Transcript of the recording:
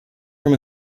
from